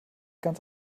ganz